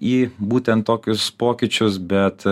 į būtent tokius pokyčius bet